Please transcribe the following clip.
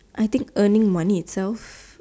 I think earning money itself